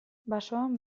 basoan